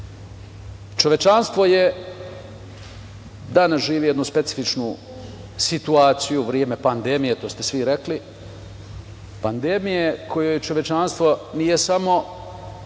slobode. Čovečanstvo danas živi jednu specifičnu situaciju u vreme pandemije, to ste svi rekli, pandemije kojoj čovečanstvo nije samo